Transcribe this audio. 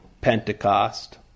Pentecost